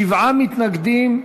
שבעה מתנגדים,